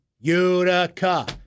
Utica